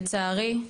לצערי,